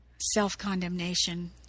self-condemnation